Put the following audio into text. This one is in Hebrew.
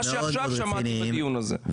מה שעכשיו שמעתי בדיון הזה,